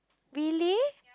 really